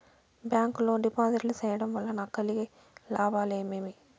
Bank లో డిపాజిట్లు సేయడం వల్ల నాకు కలిగే లాభాలు ఏమేమి?